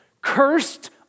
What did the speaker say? cursed